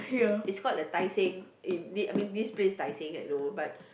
it's called the Tai-Seng I mean this place Tai-Seng I know but